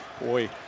Boy